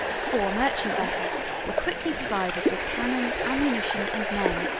four merchant vessels were quickly provided with cannon, ammunition, and men,